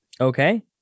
Okay